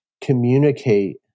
communicate